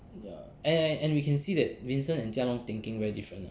ya and we can see that vincent and jia long's thinking very different ah